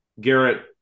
Garrett